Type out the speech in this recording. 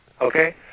okay